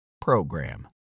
PROGRAM